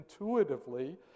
intuitively